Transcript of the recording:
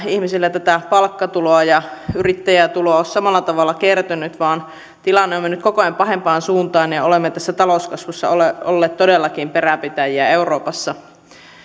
ihmisille tätä palkkatuloa ja yrittäjätuloa ole samalla tavalla kertynyt vaan tilanne on mennyt koko ajan pahempaan suuntaan ja ja olemme tässä talouskasvussa olleet olleet todellakin peränpitäjiä euroopassa